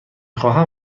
خواهم